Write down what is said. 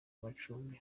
amacumbi